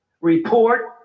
Report